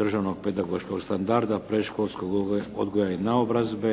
Državnog pedagoškog standarda predškolskog odgoja i naobrazbe,